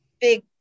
big